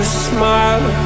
smile